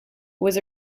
was